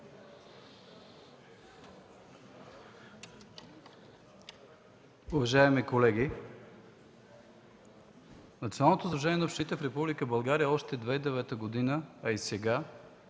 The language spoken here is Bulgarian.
Уважаеми колеги, Националното сдружение на общините в Република България още от 2009 г., а и сега